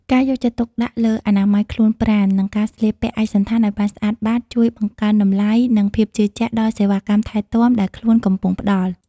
ការយកចិត្តទុកដាក់លើអនាម័យខ្លួនប្រាណ និងការស្លៀកពាក់ឯកសណ្ឋានឱ្យបានស្អាតបាត ជួយបង្កើនតម្លៃ និងភាពជឿជាក់ដល់សេវាកម្មថែទាំដែលខ្លួនកំពុងផ្តល់។